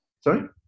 Sorry